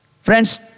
Friends